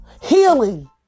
Healing